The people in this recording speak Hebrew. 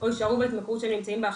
או יישארו בהתמכרות שהם נמצאים בה עכשיו.